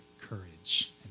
courage